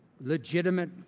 legitimate